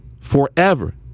forever